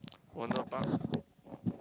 Wonder Park